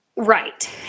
Right